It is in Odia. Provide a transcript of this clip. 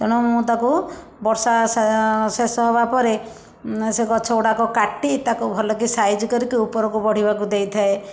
ତେଣୁ ମୁଁ ତାକୁ ବର୍ଷା ଶେଷ ହେବା ପରେ ସେ ଗଛ ଗୁଡ଼ାକ କାଟି ତାକୁ ଭଲକି ସାଇଜ କରିକି ଉପରକୁ ବଢ଼ିବାକୁ ଦେଇଥାଏ